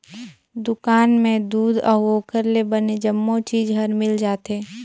दुकान में दूद अउ ओखर ले बने जम्मो चीज हर मिल जाथे